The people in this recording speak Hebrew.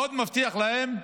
עוד הוא מבטיח להם,